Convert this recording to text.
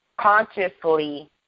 consciously